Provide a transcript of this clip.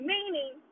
Meaning